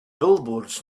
billboards